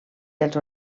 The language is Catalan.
dels